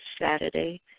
Saturday